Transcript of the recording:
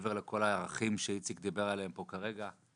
מעבר לכל הערכים שאיציק דיבר עליהם פה כרגע,